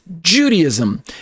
Judaism